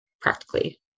practically